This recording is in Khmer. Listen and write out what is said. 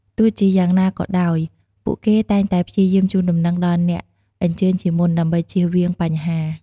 ទោះជាយ៉ាងណាក៏ដោយ ពួកគេតែងតែព្យាយាមជូនដំណឹងដល់អ្នកអញ្ជើញជាមុន ដើម្បីជៀសវាងបញ្ហា។